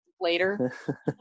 later